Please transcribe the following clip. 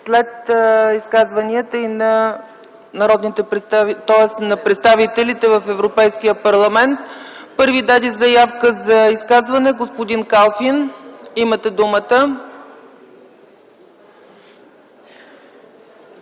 След изказванията на представителите в Европейския парламент. Първи даде заявка за изказване господин Калфин. Имате думата.